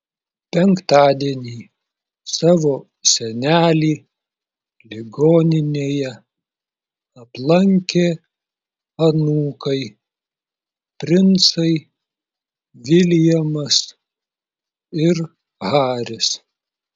penktadienį savo senelį ligoninėje aplankė anūkai princai viljamas ir haris